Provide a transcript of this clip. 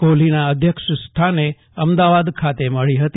કોહલીના અધ્યક્ષસ્થાને અમદાવાદ ખાતે મળી હતી